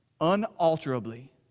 Unalterably